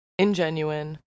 ingenuine